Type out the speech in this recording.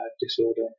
disorder